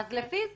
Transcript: אז לפי זה.